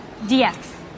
DX